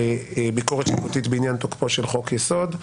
ביקורת שיפוטית בעניין תוקפו של חוק יסוד.